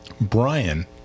Brian